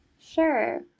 Sure